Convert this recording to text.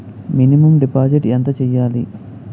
Minimum deposit ఎంత చెయ్యాలి?